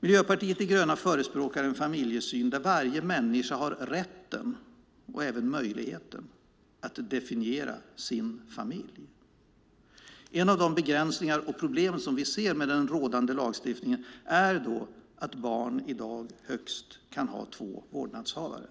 Miljöpartiet de gröna förespråkar en familjesyn där varje människa har rätten och även möjligheten att definiera sin familj. En av de begränsningar och problem som vi ser med den rådande lagstiftningen är att ett barn i dag högst kan ha två vårdnadshavare.